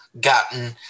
gotten